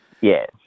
yes